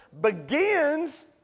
begins